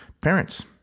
parents